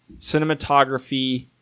cinematography